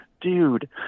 dude